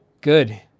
Good